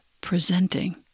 presenting